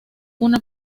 una